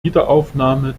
wiederaufnahme